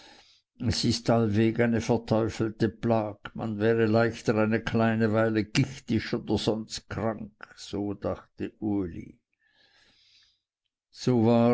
es ist allweg eine verteufelte plag man wäre leichter eine kleine weile gichtisch oder sonst krank so dachte uli so war